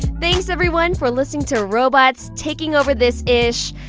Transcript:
thanks everyone for listening to robots taking over this ish.